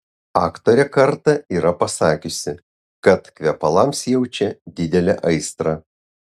aktorė kartą yra pasakiusi kad kvepalams jaučia didelę aistrą